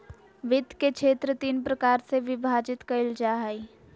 वित्त के क्षेत्र तीन प्रकार से विभाजित कइल जा हइ